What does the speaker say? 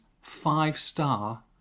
five-star